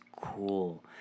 cool